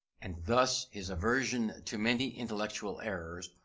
and thus, his aversion to many intellectual errors,